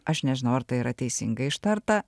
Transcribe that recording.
aš nežinau ar tai yra teisingai ištarta